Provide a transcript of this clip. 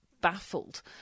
baffled